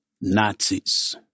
Nazis